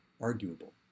arguable